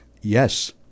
yes